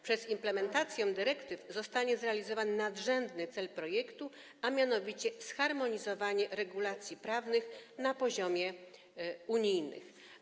Przez implementację dyrektyw zostanie zrealizowany nadrzędny cel projektu, a mianowicie zharmonizowanie regulacji prawnych na poziomie unijnym.